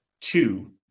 two